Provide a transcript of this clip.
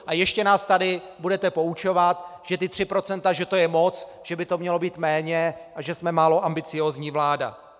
A ještě nás tady budete poučovat, že 3 %, že to je moc, že by to mělo být méně a že jsme málo ambiciózní vláda.